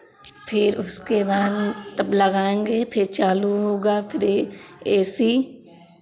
फिर उसके बाद में तब लगाएंगे फिर चालू होगा फिर ए सी